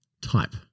type